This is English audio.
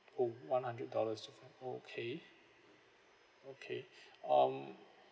oh one hundred dollars difference okay okay um